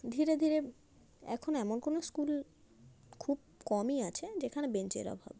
ধীরে ধীরে এখন এমন কোনো স্কুল খুব কমই আছে যেখানে বেঞ্চের অভাব